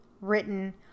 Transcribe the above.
written